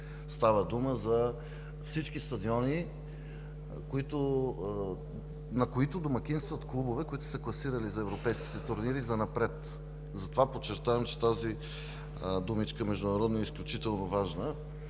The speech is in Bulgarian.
Става дума за всички стадиони, на които домакинстват клубове, които занапред са се класирали за европейските турнири и затова подчертавам, че тази думичка „международни“ е изключително важна.